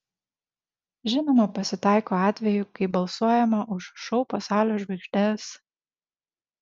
žinoma pasitaiko atvejų kai balsuojama už šou pasaulio žvaigždes